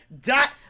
dot